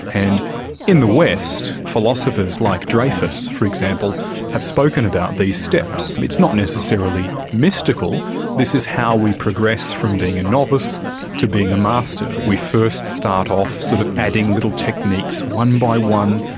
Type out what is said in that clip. and in the west philosophers like dreyfus for example have spoken about these steps. it's not necessarily mystical, this is how we progress from being a novice to being a master we first start off sort of adding little techniques, one by one,